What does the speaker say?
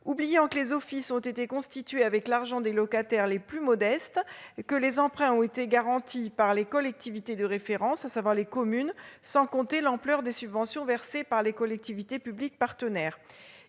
oubliant que les offices ont été constitués avec l'argent des locataires les plus modestes, que les emprunts ont été garantis par les collectivités de référence, c'est-à-dire les communes, sans compter l'ampleur des subventions versées par les collectivités publiques partenaires.